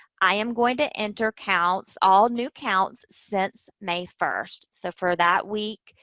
i am going to enter counts, all new counts since may first. so, for that week,